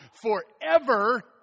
forever